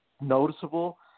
noticeable